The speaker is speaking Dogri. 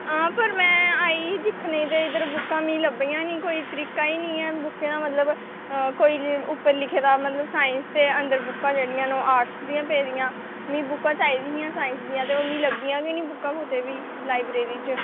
हां पर में आई ही दिक्खने ई ते इद्धर बुक्कां मिगी लब्भियां निं कोई तरीका ई निं ऐ बुक्कें दा मतलब कोई उप्पर लिखे दा मतलब साईंस ते अंदर बुक्कां जेह्ड़ियां न ओह् आर्टस दियां पेदियां मिगी बुक्कां चाही दियां साईंस दियां ते ओह् मिगी लब्भियां गै नेईं बुक्कां कुतै बी लाइब्रेरी च